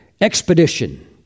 expedition